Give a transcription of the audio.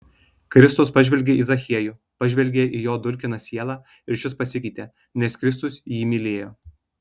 kristus pažvelgė į zachiejų pažvelgė į jo dulkiną sielą ir šis pasikeitė nes kristus jį mylėjo